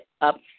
up